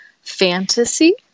fantasy